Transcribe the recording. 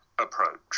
approach